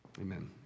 Amen